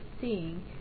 seeing